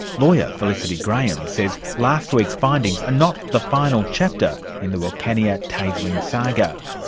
lawyer felicity graham says last week's findings are not the final chapter in the wilcannia tasering saga.